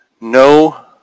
no